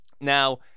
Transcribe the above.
now